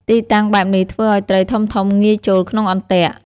ទីតាំងបែបនេះធ្វើឲ្យត្រីធំៗងាយចូលក្នុងអន្ទាក់។